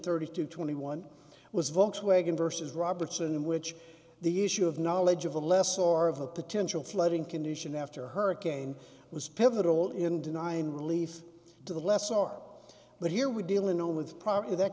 thirty two twenty one was volkswagen versus robertson in which the issue of knowledge of a less or of a potential flooding condition after a hurricane was pivotal in denying relief to the less are but here we deal in know with probably that